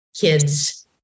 kids